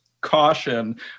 caution